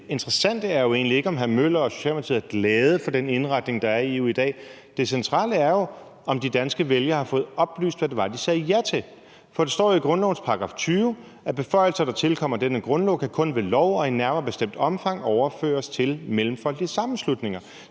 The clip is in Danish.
Det interessante er egentlig ikke, om hr. Henrik Møller og Socialdemokratiet er glade for den indretning, der er i EU i dag. Det centrale er jo, om de danske vælgere har fået oplyst, hvad det var, de sagde ja til. For der står i grundlovens § 20: »Beføjelser, som efter denne grundlov tilkommer rigets myndigheder, kan ved lov i nærmere bestemt omfang overlades til mellemfolkelige myndigheder«.